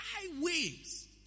highways